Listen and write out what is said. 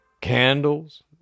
candles